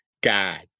God